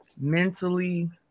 mentally